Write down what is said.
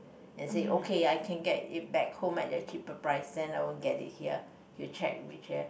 and say okay I can get it back home at a cheaper price then I won't get it here you check you check